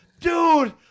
Dude